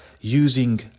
using